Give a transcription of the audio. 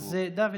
דוד,